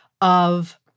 of-